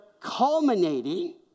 culminating